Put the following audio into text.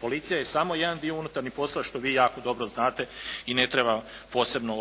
Policija je samo jedan dio unutarnjih poslova što vi jako dobro znate i ne trebam posebno